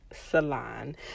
salon